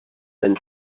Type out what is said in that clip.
then